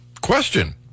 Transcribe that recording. question